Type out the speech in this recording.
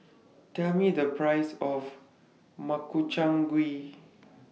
Tell Me The Price of Makchang Gui